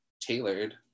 tailored